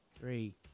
Three